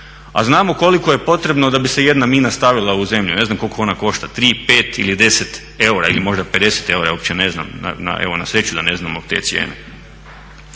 A znamo koliko je potrebno da bi se jedna mina stavila u zemlju. Ne znam koliko ona košta tri, pet ili deset eura ili možda 50 eura, ja uopće ne znam. Evo na sreću da ne znamo te cijene.